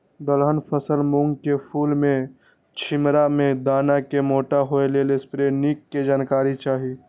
दलहन फसल मूँग के फुल में छिमरा में दाना के मोटा होय लेल स्प्रै निक के जानकारी चाही?